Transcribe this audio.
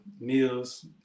meals